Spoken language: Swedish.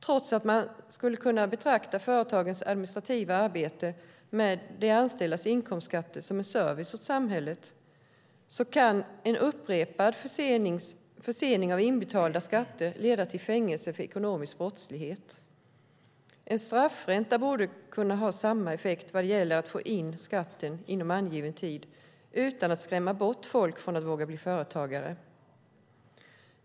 Trots att man skulle kunna betrakta företagens administrativa arbete med de anställdas inkomstskatter som en service åt samhället kan en upprepad försening av inbetalda skatter leda till fängelse för ekonomisk brottslighet. En straffränta borde kunna ha samma effekt vad det gäller att få in skatten inom angiven tid, utan att skrämma bort folk från att våga bli företagare.